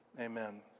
Amen